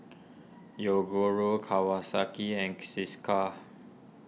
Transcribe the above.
Yoguru Kawasaki and Cesar